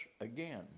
again